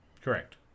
Correct